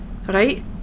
Right